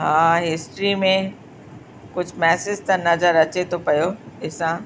हा हिस्ट्री में कुझु मैसेज त नज़र अचे थो पियो ॾिसां